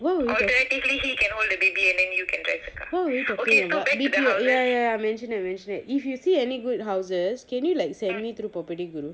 what were we what were we talking about B_T_O ya ya ya mansion mansion if you see any good houses can you like send me through property guru